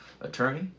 attorney